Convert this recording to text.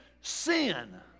sin